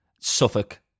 Suffolk